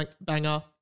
banger